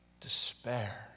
despair